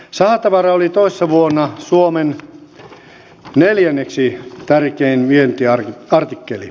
sahatavara oli toissa vuonna suomen neljänneksi tärkein vientiartikkeli